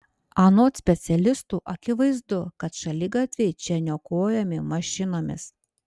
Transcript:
anot specialistų akivaizdu kad šaligatviai čia niokojami mašinomis